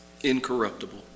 incorruptible